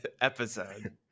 episode